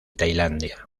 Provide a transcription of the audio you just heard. tailandia